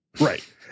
Right